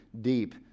deep